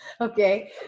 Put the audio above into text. okay